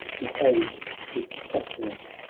behold this suppliant!